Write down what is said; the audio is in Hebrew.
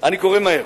אני קורא מהר.